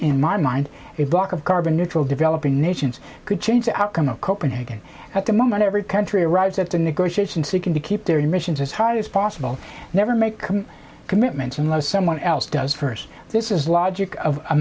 in my mind if block of carbon neutral developing nations could change the outcome of copenhagen at the moment every country arrives at the negotiation seeking to keep their emissions as high as possible never make commitments unless someone else does first this is the logic of a